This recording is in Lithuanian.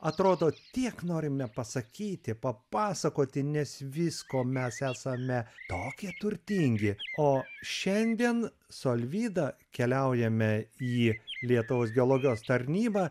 atrodo tiek norime pasakyti papasakoti nes visko mes esame tokie turtingi o šiandien su alvyda keliaujame į lietuvos geologijos tarnybą